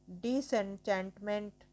disenchantment